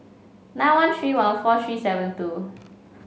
nine one three one four three seven two